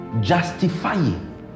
justifying